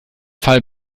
fall